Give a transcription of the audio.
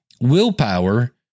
willpower